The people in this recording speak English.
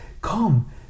come